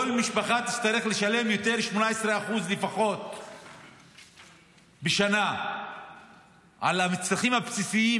כל משפחה תצטרך לשלם לפחות 18% יותר בשנה על המצרכים הבסיסיים,